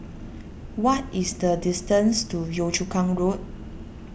what is the distance to Yio Chu Kang Road